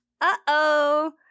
uh-oh